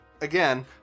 again